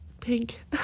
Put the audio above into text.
pink